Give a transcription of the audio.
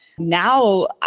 Now